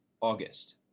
August